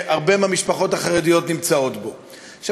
שהרבה מהמשפחות החרדיות נמצאות מתחתיו.